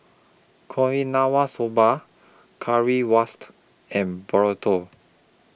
Soba Currywurst and Burrito